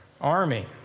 army